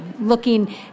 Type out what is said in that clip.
looking